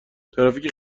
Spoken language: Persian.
ترافیک